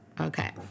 okay